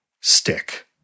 stick